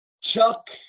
Chuck